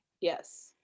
Yes